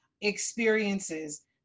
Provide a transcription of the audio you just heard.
experiences